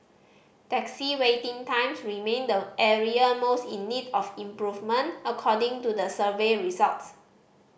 taxi waiting times remained the area most in need of improvement according to the survey results